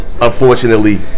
unfortunately